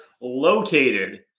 located